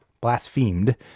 blasphemed